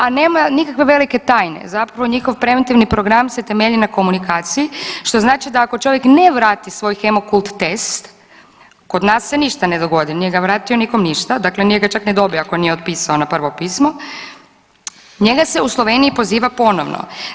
A nemaju nikakve velike tajne, zapravo njihov preventivni program se temelji na komunikaciji što znači da ako čovjek ne vrati svoj hemokult test, kod nas se ništa ne dogodi nije ga vratio nikom ništa, dakle nije ga čak ni dobio ako nije otpisao na prvo pismo, njega se u Sloveniji poziva ponovno.